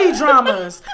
dramas